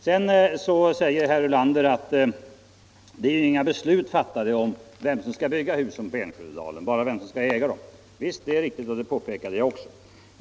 Sedan säger herr Ulander att man inte har fattat några beslut om vem som skall bygga husen i Enskededalen — det har bara fattats beslut om vem som skall äga husen. Det är riktigt, och det påpekade jag också.